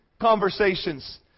conversations